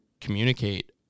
communicate